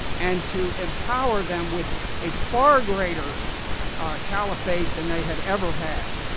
and to empower them with a far greater caliphate than they had ever had.